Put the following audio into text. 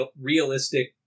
realistic